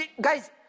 guys